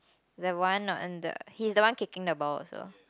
the one on the he's the one kicking the ball also